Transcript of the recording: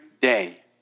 day